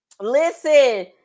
Listen